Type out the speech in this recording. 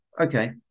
okay